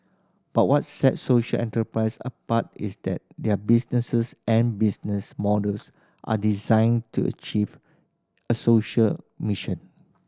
but what sets social enterprise apart is that their businesses and business models are designed to achieve a social mission